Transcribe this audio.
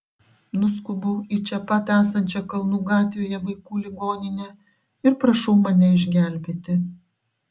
nuskubu į čia pat esančią kalnų gatvėje vaikų ligoninę ir prašau mane išgelbėti